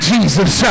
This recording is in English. Jesus